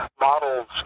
models